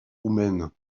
roumaine